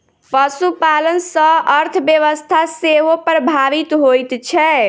पशुपालन सॅ अर्थव्यवस्था सेहो प्रभावित होइत छै